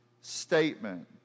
statement